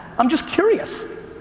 i'm just curious.